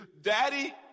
Daddy